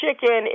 chicken